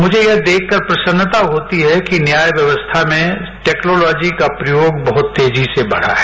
मुझे यह देखकर प्रसन्ता होती है कि न्याय व्यवस्था में टेक्नोलॉजी का प्रयोग बहुत तेजी से बढ़ रहा है